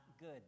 good